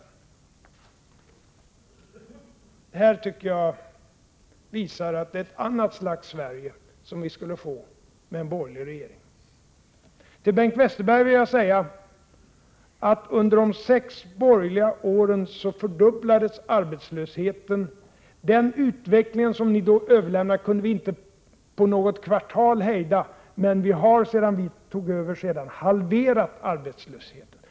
Det här tycker jag visar att det är ett annat slags Sverige som vi skulle få med en borgerlig regering. Till Bengt Westerberg vill jag säga att under de sex borgerliga åren fördubblades arbetslösheten. Den utveckling som ni då överlämnade kunde vi inte hejda på något kvartal. Men vi har, sedan vi tog över, halverat arbetslösheten.